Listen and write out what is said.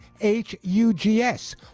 H-U-G-S